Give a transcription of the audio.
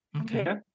okay